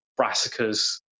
brassicas